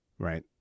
right